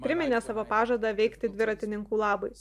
priminė savo pažadą veikti dviratininkų labui